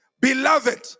Beloved